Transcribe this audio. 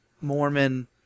Mormon